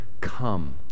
come